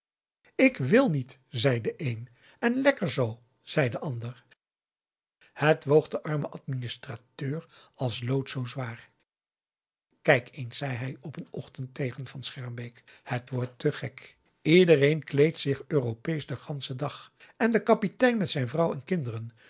ik wil niet zei de een en lekker zoo zei de ander het woog den armen administrateur als lood zoo zwaar kijk eens zei hij op een ochtend tegen van schermbeek het wordt te gek iedereen kleedt zich europeesch den ganschen dag en de kapitein met zijn vrouw en kinderen